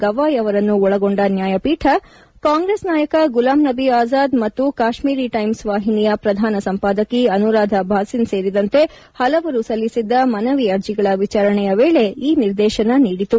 ಗವಾಯ್ ಅವರನ್ನು ಒಳಗೊಂಡ ನ್ನಾಯಪೀಠ ಕಾಂಗ್ರೆಸ್ ನಾಯಕ ಗುಲಾಂನಭಿ ಆಜಾದ್ ಮತ್ತು ಕಾಶ್ವೀರಿ ಟೈಮ್ಸ್ ವಾಹಿನಿಯ ಪ್ರಧಾನ ಸಂಪಾದಕಿ ಅನುರಾಧ ಭಾಸಿನ್ ಸೇರಿದಂತೆ ಪಲವರು ಸಲ್ಲಿಸಿದ್ದ ಮನವಿ ಅರ್ಜಿಗಳ ವಿಚಾರಣೆಯ ವೇಳೆ ಈ ನಿರ್ದೇಶನ ನೀಡಿತು